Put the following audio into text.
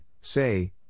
say